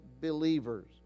believers